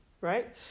right